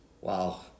Wow